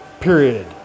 Period